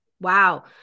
Wow